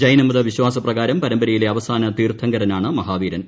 ജൈനമത വിശ്വാസ പ്രകാരം പരമ്പരയിലെ അവസാന തീർത്ഥങ്കരനാണ് മഹാവീരൻ